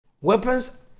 Weapons